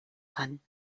kann